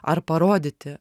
ar parodyti